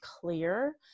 clear